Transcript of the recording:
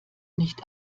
nicht